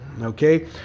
Okay